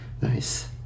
Nice